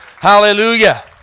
Hallelujah